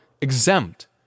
exempt